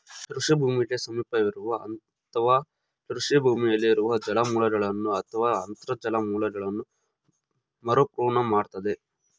ಕೃಷಿ ಭೂಮಿಗೆ ಸಮೀಪವಿರೋ ಅಥವಾ ಕೃಷಿ ಭೂಮಿಯಲ್ಲಿ ಇರುವ ಜಲಮೂಲಗಳನ್ನು ಅಥವಾ ಅಂತರ್ಜಲ ಮೂಲಗಳನ್ನ ಮರುಪೂರ್ಣ ಮಾಡ್ತದೆ